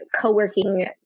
co-working